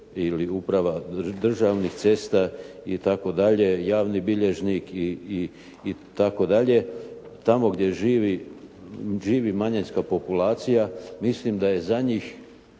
ili Uprava državnih cesta itd., javni bilježnik itd. tamo gdje živi manjinska populacija mislim da je za njih